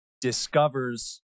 discovers